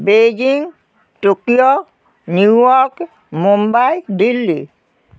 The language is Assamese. Beijing Tokyo New York Mumbai Delhi